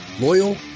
Loyal